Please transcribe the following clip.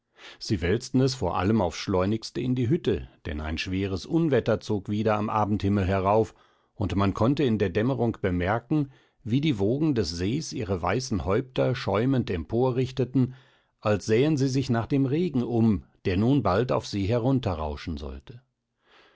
sie wälzten es vor allem aufs schleunigste in die hütte denn ein schweres wetter zog wieder am abendhimmel herauf und man konnte in der dämmerung bemerken wie die wogen des sees ihre weißen häupter schäumend emporrichteten als sähen sie sich nach dem regen um der nun bald auf sie herunterrauschen sollte